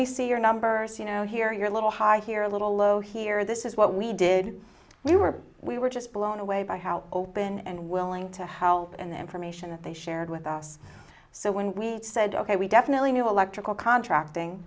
me see your numbers you know here your little high here a little low here this is what we did we were we were just blown away by how open and willing to help and information they shared with us so when we said ok we definitely knew electrical contracting